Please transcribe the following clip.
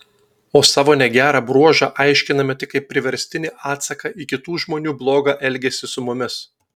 o savo negerą bruožą aiškiname tik kaip priverstinį atsaką į kitų žmonių blogą elgesį su mumis